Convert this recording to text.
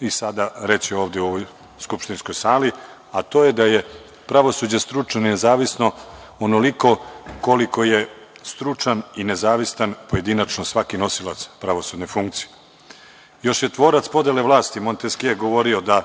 i sada reći ovde, u ovoj skupštinskoj sali, a to je da je pravosuđe stručno i nezavisno onoliko koliko je stručan i nezavistan pojedinačno svaki nosilac pravosudne funkcije. Još je tvorac podele vlasti Monteskje govorio da